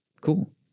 cool